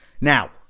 now